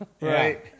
right